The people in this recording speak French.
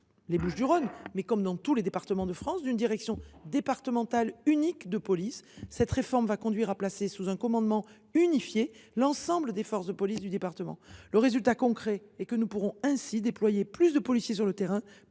les Bouches du Rhône, comme dans tous les départements, d’une direction départementale unique de police. Cette réforme conduira à placer sous un commandement unifié l’ensemble des forces de police du département. Le résultat concret est que nous pourrons ainsi déployer plus de policiers sur le terrain,